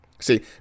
See